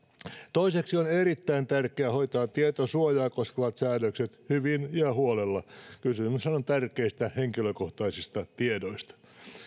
toiseksi on erittäin tärkeää hoitaa tietosuojaa koskevat säädökset hyvin ja huolella kysymyshän on tärkeistä henkilökohtaisista tiedoista